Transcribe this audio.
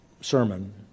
sermon